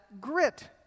grit